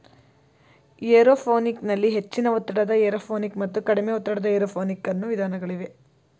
aeroponic ನಲ್ಲಿ ಹೆಚ್ಚಿನ ಒತ್ತಡದ ಏರೋಪೋನಿಕ್ ಮತ್ತು ಕಡಿಮೆ ಒತ್ತಡದ ಏರೋಪೋನಿಕ್ ಅನ್ನೂ ವಿಧಾನಗಳಿವೆ